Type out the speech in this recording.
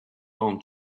palm